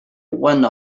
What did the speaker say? one